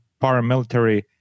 paramilitary